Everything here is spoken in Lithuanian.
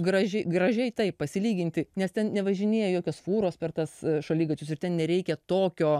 gražiai tai pasilyginti nes ten nevažinėja jokios fūros per tas šaligatvis ir ten nereikia tokio